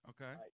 Okay